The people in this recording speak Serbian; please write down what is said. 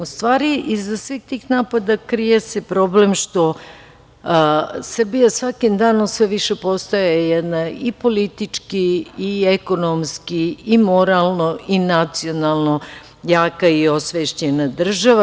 U stvari, iza svih tih napada krije se problem što Srbija svakim danom sve više postaje jedna i politički i ekonomski i moralno i nacionalno jaka i osvešćena država.